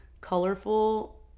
colorful